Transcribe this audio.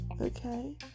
okay